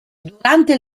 durante